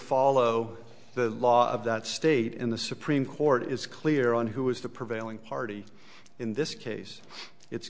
follow the law of that state in the supreme court is clear on who is the prevailing party in this case it's